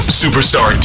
superstar